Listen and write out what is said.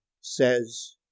says